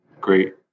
Great